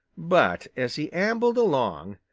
but as he ambled along,